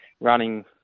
running